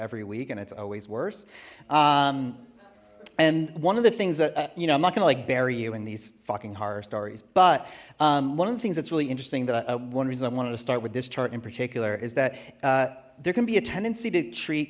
every week and it's always worse and one of the things that you know i'm not gonna like bury you in these fucking horror stories but one of the things that's really interesting that a one reason i wanted to start with this chart in particular is that there can be a tendency to treat